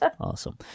Awesome